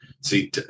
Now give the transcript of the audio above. See